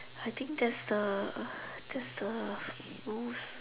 I think that's the that's the rules